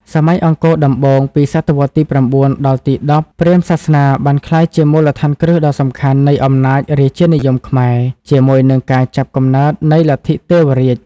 សម័យអង្គរដំបូង ពីសតវត្សរ៍ទី ៩ ដល់ទី ១០ ព្រាហ្មណ៍សាសនាបានក្លាយជាមូលដ្ឋានគ្រឹះដ៏សំខាន់នៃអំណាចរាជានិយមខ្មែរ ជាមួយនឹងការចាប់កំណើតនៃ លទ្ធិទេវរាជ។